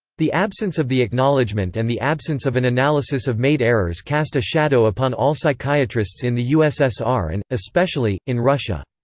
the absence of the acknowledgement and the absence of an analysis of made errors cast a shadow upon all psychiatrists in the ussr and, especially, in russia.